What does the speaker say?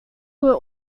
were